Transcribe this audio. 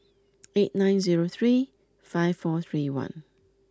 eight nine zero three five four three one